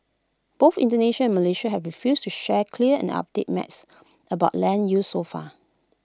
both Indonesia and Malaysia have refused to share clear and updated maps about land use so far